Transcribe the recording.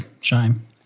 shame